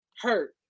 hurt